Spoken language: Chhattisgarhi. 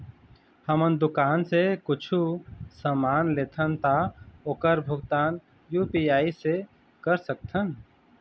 हमन दुकान से कुछू समान लेथन ता ओकर भुगतान यू.पी.आई से कर सकथन?